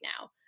now